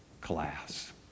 class